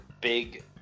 big